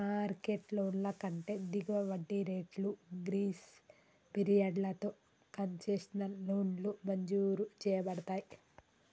market లోన్ల కంటే దిగువ వడ్డీ రేట్లు, గ్రేస్ పీరియడ్లతో కన్సెషనల్ లోన్లు మంజూరు చేయబడతయ్